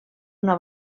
una